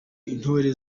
intore